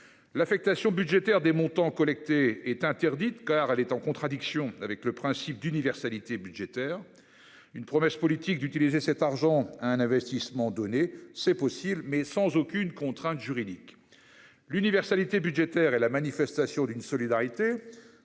L'affectation budgétaire des montants collectés est interdite, car elle entre en contradiction avec le principe d'universalité budgétaire. La promesse politique d'utiliser cet argent pour un investissement particulier est possible, mais elle n'est soumise à aucune contrainte juridique. L'universalité budgétaire est la manifestation d'une solidarité.